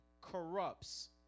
corrupts